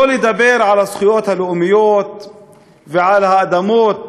שלא לדבר על הזכויות הלאומיות ועל האדמות